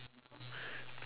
then purple